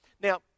Now